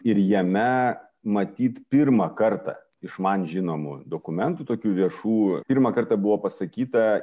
ir jame matyt pirmą kartą iš man žinomų dokumentų tokių viešų pirmą kartą buvo pasakyta